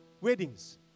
weddings